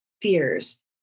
fears